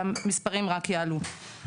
שהמספרים רק יעלו.